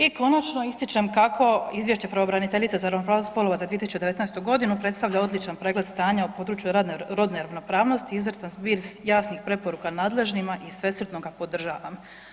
I konačno ističem kako Izvješće pravobraniteljice za ravnopravnost spolova za 2019. godinu predstavlja odličan pregled stanja u području rodne ravnopravnosti, izvrstan zbir jasnih preporuka nadležnima i svesrdno ga podržavam.